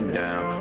down